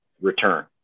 return